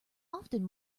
often